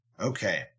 Okay